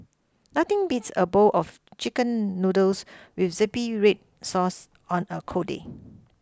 nothing beats a bowl of chicken noodles with zingy red sauce on a cold day